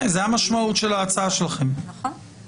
ההצעה כרגע היא